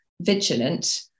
vigilant